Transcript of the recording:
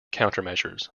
countermeasures